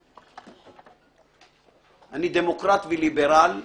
אני דמוקרט וליברל,